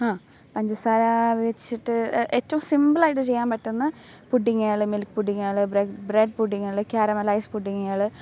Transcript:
അ പഞ്ചസാരാ വെച്ചിട്ട് ഏറ്റോം സിംപിളായിട്ട് ചെയ്യാൻ പറ്റുന്ന പുഡിങ്ങള് മിൽക് പുഡിങ്ങള് ബ്രെഡ് ബ്രെഡ് പുഡിങ്ങള് കാരമലൈസ് പുഡിങ്ങള്